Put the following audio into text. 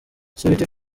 sabiti